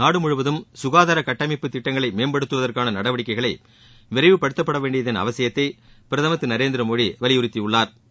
நாடு முழுவதும் சுகாதார கட்டமைப்பு திட்டங்களை மேம்படுத்தவதற்கான நடவடிக்கைகளை விரைவுப்படுத்தவேண்டியதன் அவசியத்தை பிரதமர் திரு நரேந்திரமோடி வலியுறுத்தியுள்ளாா்